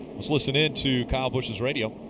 let's listen in to kyle busch's radio.